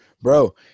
bro